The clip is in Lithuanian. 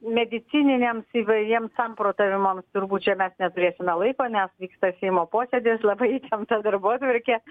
medicininiams įvairiems samprotavimams turbūt čia mes neturėsime laiko nes vyksta seimo posėdis labai įtempta darbotvarkė